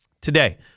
today